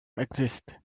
exist